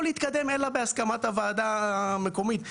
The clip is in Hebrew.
להתקדם אלא בהסכמת הוועדה המקומית.